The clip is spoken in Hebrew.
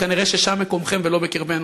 כנראה שם מקומכם ולא בקרבנו.